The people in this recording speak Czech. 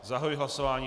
Zahajuji hlasování.